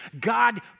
God